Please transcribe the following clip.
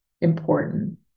important